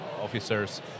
officers